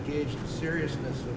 gauge the seriousness